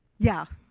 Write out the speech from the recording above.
yeah.